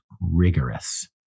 rigorous